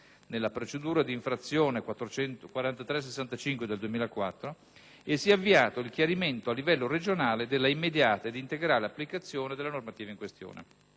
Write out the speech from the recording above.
nella procedura di infrazione 2004/4365, e si è avviato il chiarimento, a livello regionale, dell'immediata ed integrale applicazione della normativa in questione.